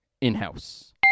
in-house